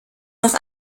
noch